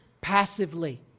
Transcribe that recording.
passively